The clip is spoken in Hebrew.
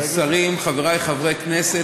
עובדה, כבר נכס אחד